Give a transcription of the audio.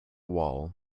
wall